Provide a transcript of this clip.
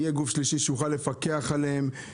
יהיה גוף שלישי שיוכל לפקח עליהם,